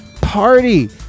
party